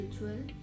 ritual